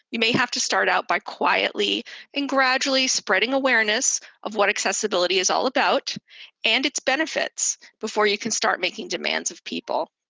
you may have to start out by quietly and gradually spreading awareness of what accessibility is all about and its benefits before you can start making demands of people.